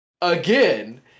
again